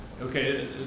Okay